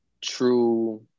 true